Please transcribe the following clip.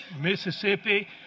Mississippi